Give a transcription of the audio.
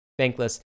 Bankless